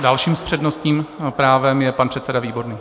Dalším s přednostním právem je pan předseda Výborný.